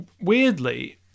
weirdly